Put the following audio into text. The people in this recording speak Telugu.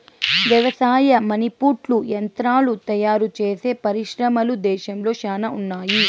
వ్యవసాయ పనిముట్లు యంత్రాలు తయారుచేసే పరిశ్రమలు దేశంలో శ్యానా ఉన్నాయి